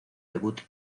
debut